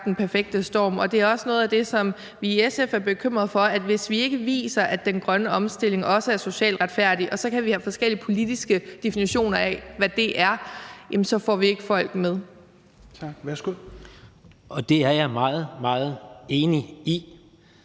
den perfekte storm. Og det er også noget af det, som vi i SF er bekymrede for, altså at vi, hvis vi ikke viser, at den grønne omstilling også er socialt retfærdig – og så kan vi have forskellige politiske definitioner af, hvad det er – så ikke får folk med. Kl. 16:34 Fjerde næstformand